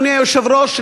אדוני היושב-ראש,